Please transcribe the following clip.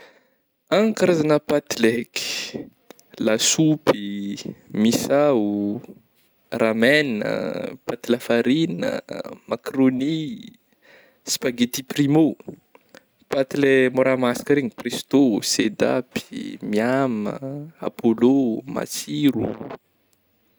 An karazagna paty le haiky lasopy, misao, ramen, paty lafarigna, macaroni, spagety primo, paty le môra masaka regny presto, sedapy, miam a, apollo, matsiro.